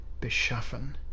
beschaffen